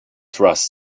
trust